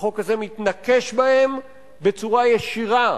החוק הזה מתנקש בהם בצורה ישירה,